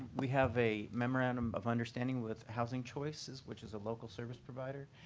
we have a memorandum of understanding with housing choices, which is a local service provider.